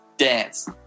dance